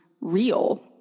real